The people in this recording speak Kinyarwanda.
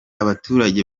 abaturage